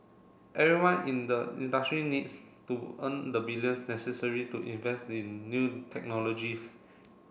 everyone in the industry needs to earn the billions necessary to invest in new technologies